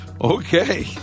Okay